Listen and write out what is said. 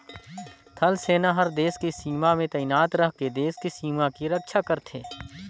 थल सेना हर देस के सीमा में तइनात रहिके देस के सीमा के रक्छा करथे